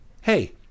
hey